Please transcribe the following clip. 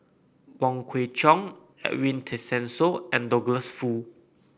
Wong Kwei Cheong Edwin Tessensohn and Douglas Foo